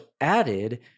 added